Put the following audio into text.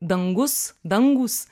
dangus dangūs